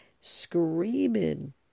screaming